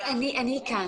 אני כאן.